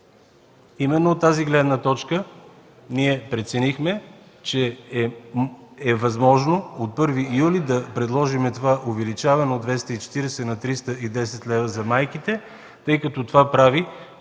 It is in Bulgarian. Именно от тази гледна точка ние преценихме, че е възможно от първи юли да предложим това увеличаване от 240 на 310 лв. за майките, тъй като това прави